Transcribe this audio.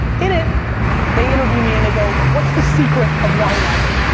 in it they interview me and they go, what's the secret of wine library? like